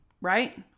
right